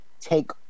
take